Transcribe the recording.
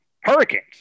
Hurricanes